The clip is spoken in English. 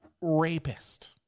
rapist